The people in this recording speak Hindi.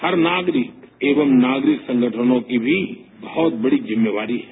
हर नागरिक एवं नागरिक संगठनों की भी बहत बड़ी जिम्मेवारी है